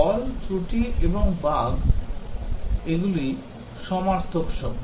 fault ত্রুটি এবং bug এগুলি সমার্থক শব্দ